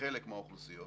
חלק מהאוכלוסיות